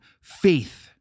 faith